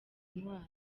intwaro